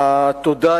אדוני היושב-ראש,